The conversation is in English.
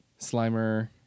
Slimer